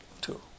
two